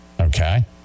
okay